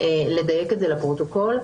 לדייק את זה לפרוטוקול.